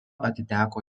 atiteko